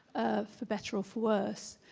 for better or for worse.